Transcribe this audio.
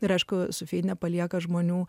ir aišku su nepalieka žmonių